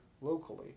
locally